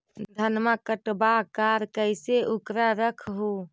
धनमा कटबाकार कैसे उकरा रख हू?